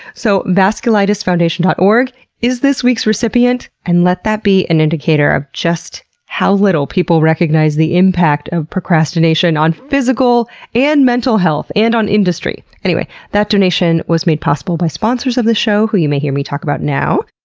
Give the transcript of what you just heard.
so vasculitisfoundation dot org is this week's recipient. and let that be an indicator of just how little people recognize the impact of procrastination on physical and mental health and on industry. anyway, that donation was made possible by sponsors of the show who you may hear me talk about now.